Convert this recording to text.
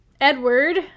Edward